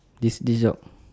this this job